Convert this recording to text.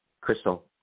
Crystal